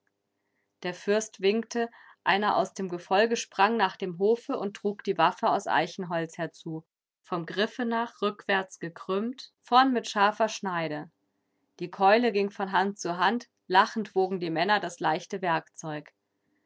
der fürst winkte einer aus dem gefolge sprang nach dem hofe und trug die waffe aus eichenholz herzu vom griffe nach rückwärts gekrümmt vorn mit scharfer schneide die keule ging von hand zu hand lachend wogen die männer das leichte werkzeug